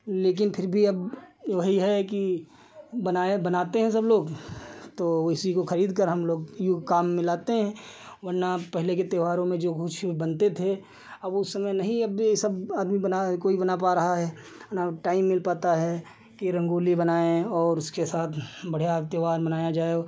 लेकिन फिर भी अब यही है कि बनाए बनाते हैं सब लोग तो इसी को खरीदकर हमलोग युग काम में लाते हैं वन्ना पहले के त्योहारों में जो कुछ बनते थे अब उस समय नहीं अब यह सब आदमी बना कोई बना पा रहा है न टाइम मिल पाता है कि रंगोली बनाए और उसके साथ बढ़ियाँ अब त्योहार मनाया जाए